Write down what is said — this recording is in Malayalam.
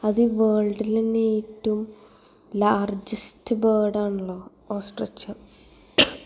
അത് വേൾഡിലന്നെ ഏറ്റോം ലാർജസ്റ്റ് ബേർഡ് ആണല്ലോ ഓസ്ട്രിച്ച്